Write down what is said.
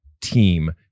team